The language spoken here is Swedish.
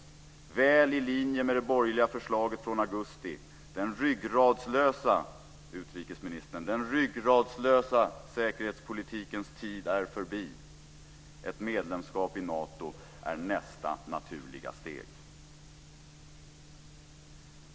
Detta skulle enligt honom vara väl i linje med det borgerliga förslaget från augusti: Den ryggradslösa säkerhetspolitikens tid är förbi; ett medlemskap i Nato är nästa naturliga steg.